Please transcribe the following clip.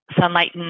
sunlight